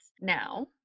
now